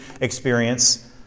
experience